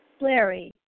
Larry